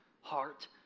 heart